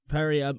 Perry